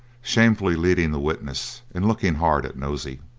shamefully leading the witness, and looking hard at nosey.